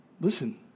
Listen